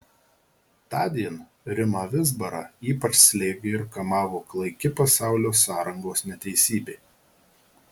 tądien rimą vizbarą ypač slėgė ir kamavo klaiki pasaulio sąrangos neteisybė